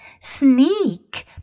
Sneak